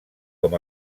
com